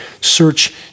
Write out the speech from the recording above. search